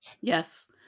Yes